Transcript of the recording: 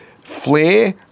flair